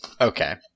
Okay